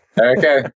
Okay